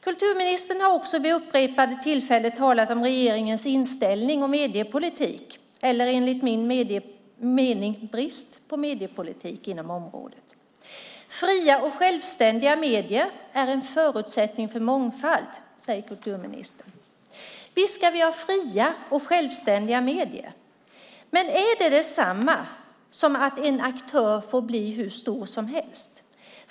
Kulturministern har också vid upprepade tillfällen talat om regeringens inställning och mediepolitik, eller, enligt min mening, brist på mediepolitik inom området. Fria och självständiga medier är en förutsättning för mångfald, säger kulturministern. Visst ska vi ha fria och självständiga medier. Men är det detsamma som att en aktör får bli hur stor som helst?